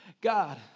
God